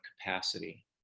capacity